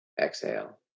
exhale